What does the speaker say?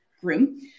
groom